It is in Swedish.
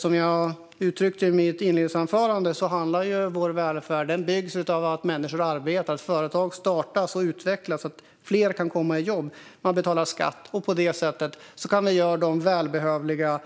Som jag uttryckte i mitt inledningsanförande byggs vår välfärd på att människor arbetar och att företag startas och utvecklas så att fler kan komma i jobb och betala skatt. På det sättet kan vi göra de välbehövliga